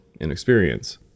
inexperience